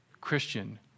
Christian